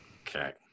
Okay